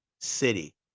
city